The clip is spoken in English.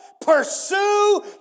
pursue